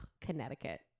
Connecticut